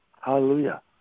Hallelujah